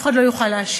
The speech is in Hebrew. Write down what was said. אף אחד לא יוכל להשיב.